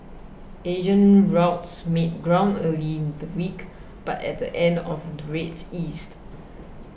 Asian routes made ground early in the week but at the end of the rates eased